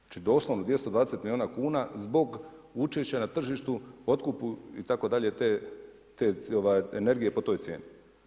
Znači doslovno 220 milijuna kuna, zbog učešća na tržištu otkupu itd. te energije po toj cijeni.